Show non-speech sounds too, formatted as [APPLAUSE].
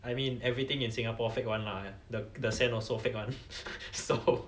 I mean everything in singapore fake one lah the the sand also fake one [LAUGHS] so